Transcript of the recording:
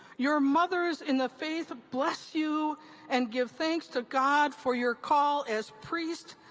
your mothers in the faith bless you and give thanks to god for your call as priest,